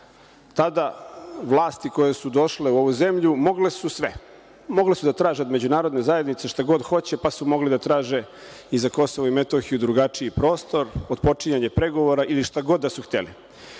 tada vlasti koje su došle u ovu zemlju mogle su sve. Mogle su da traže od Međunarodne zajednice šta god hoće. Mogle su da traže i za KiM drugačiji prostor, otpočinjanje pregovora ili šta god da su hteli.